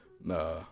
Nah